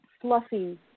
fluffy